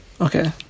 Okay